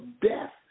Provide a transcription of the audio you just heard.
death